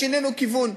שינינו כיוון.